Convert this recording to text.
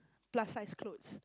plus sized clothes